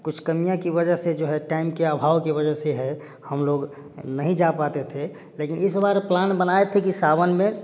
कुछ कमिया की वजह से जो है टाइम के अभाव के वजह से है हम लोग नहीं जा पाते थे लेकिन इसबार प्लान बनाए थे कि सावन में